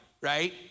right